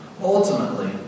Ultimately